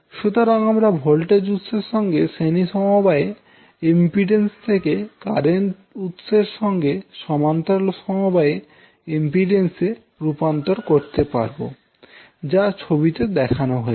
সুতরাং আমরা ভোল্টেজ উৎস এর সঙ্গে শ্রেণী সমবায়ে ইম্পিড্যান্স থেকে কারেন্টের উৎস এর সঙ্গে সমান্তরাল সমবায়ে ইম্পিড্যান্স এ রূপান্তরিত করতে পারবো যা ছবিতে দেখানো হয়েছে